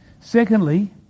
Secondly